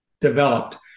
developed